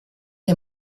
dei